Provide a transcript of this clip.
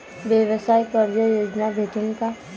व्यवसाय कर्ज योजना भेटेन का?